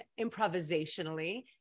improvisationally